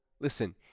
Listen